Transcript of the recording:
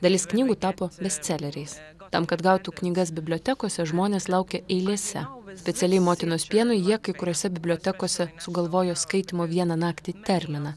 dalis knygų tapo bestseleriais tam kad gautų knygas bibliotekose žmonės laukė eilėse specialiai motinos pienui jie kai kuriose bibliotekose sugalvojo skaitymo vieną naktį terminą